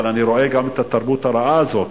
אבל אני רואה גם את התרבות הרעה הזאת,